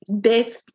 death